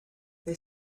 they